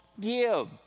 give